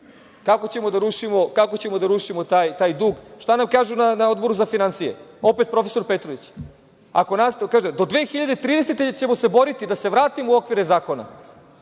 Kako ćemo da rušimo taj dug? Šta nam kažu na Odboru za finansije, opet profesor Petrović? Kaže – do 2030. godine ćemo se boriti da se vratimo u okvire zakona.